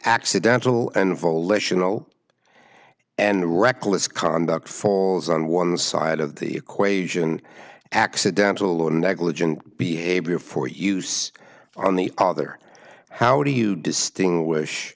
accidental and volitional and reckless conduct falls on one side of the equation accidental or negligent behavior for use on the other how do you distinguish